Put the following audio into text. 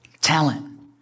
talent